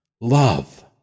love